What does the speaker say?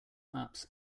maps